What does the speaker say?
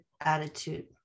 attitude